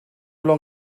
long